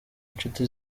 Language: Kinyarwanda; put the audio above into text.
inshuti